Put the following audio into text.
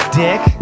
dick